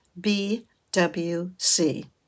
BWC